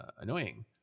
annoying